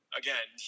again